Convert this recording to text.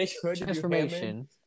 transformation